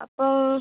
അപ്പോൾ